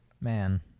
Man